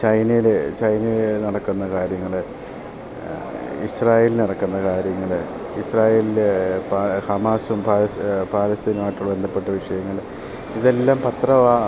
ചൈനയിൽ ചൈനേ നടക്കുന്ന കാര്യങ്ങൾ ഇസ്രായേൽ നടക്കുന്ന കാര്യങ്ങൾ ഇസ്രായേല് ഹമാസ്വം പായസ് പാരസ്ഥീയമായിട്ടുള്ള ബന്ധപ്പെട്ട വിഷയങ്ങൾ ഇതെല്ലാം പത്രവാ